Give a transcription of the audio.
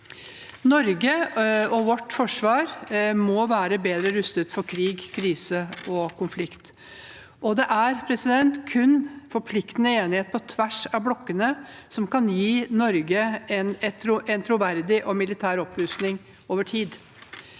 Norge og vårt forsvar må være bedre rustet for krig, krise og konflikt. Det er kun forpliktende enighet på tvers av blokkene som kan gi Norge en troverdig militær opprustning over tid.